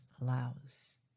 allows